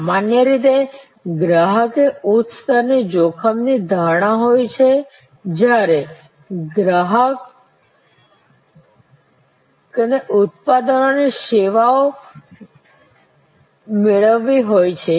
સામાન્ય રીતે ગ્રાહક એ ઉચ્ચ સ્તરની જોખમની ધારણા હોય છે જ્યારે ધારો કે ઉત્પાદનોની સેવાઓ મેળવતી હોય છે